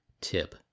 tip